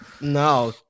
No